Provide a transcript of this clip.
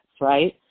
right